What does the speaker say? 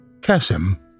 Kasim